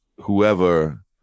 whoever